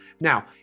Now